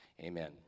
amen